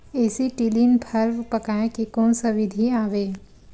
Acetylene फल पकाय के कोन सा विधि आवे?